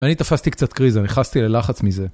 אני תפסתי קצת קריזה, נכנסתי ללחץ מזה.